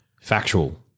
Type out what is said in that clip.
Factual